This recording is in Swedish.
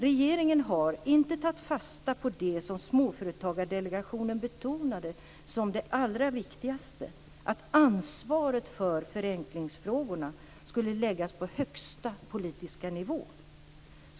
Regeringen har inte tagit fasta på det som Småföretagsdelegationen betonade som det allra viktigaste, nämligen att ansvaret för förenklingsfrågorna skulle läggas på högsta politiska nivå.